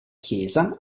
chiesa